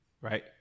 right